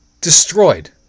destroyed